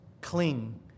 cling